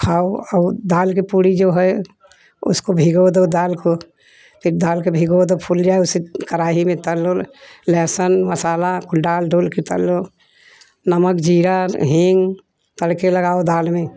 खाओ और दाल के पूरी जो है उसको भिगो दो दाल को फिर दाल के भीगो दो फूल जाए उसे कढ़ाई में तल लो लहसुन मसाला डाल डुल के तल लो नमक ज़ीरा हींग तड़के लगाओ दाल में